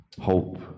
hope